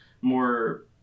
more